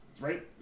Right